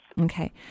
Okay